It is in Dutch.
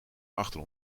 achter